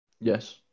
yes